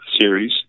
series